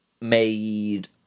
made